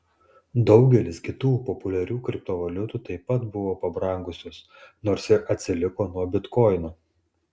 daugelis kitų populiarių kriptovaliutų taip pat buvo pabrangusios nors ir atsiliko nuo bitkoino